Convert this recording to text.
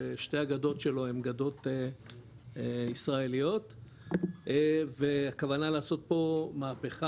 ששתי הגדות שלו הן גדות ישראליות והכוונה לעשות פה מהפכה